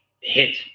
hit